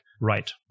right